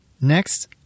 Next